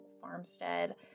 farmstead